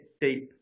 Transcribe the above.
deep